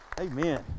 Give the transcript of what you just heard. Amen